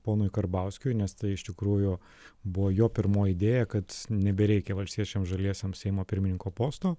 ponui karbauskiui nes tai iš tikrųjų buvo jo pirmoji idėja kad nebereikia valstiečiam žaliesiems seimo pirmininko posto